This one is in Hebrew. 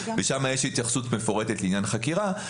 ושם יש התייחסות מפורטת לעניין חקירה.